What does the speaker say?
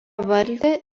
valdė